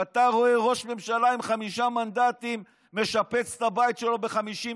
כשאתה רואה ראש ממשלה עם חמישה מנדטים משפץ את הבית שלו ב-50,